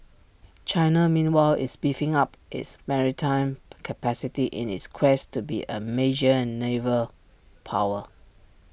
China meanwhile is beefing up its maritime capacity in its quest to be A major naval power